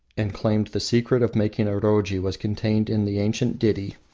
and claimed the secret of making a roji was contained in the ancient ditty